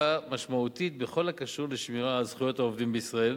משמעותית בכל הקשור לשמירה על זכויות העובדים בישראל.